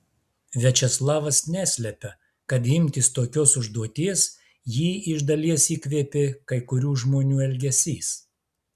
viačeslavas neslepia kad imtis tokios užduoties jį iš dalies įkvėpė kai kurių žmonių elgesys